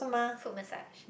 foot massage